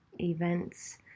events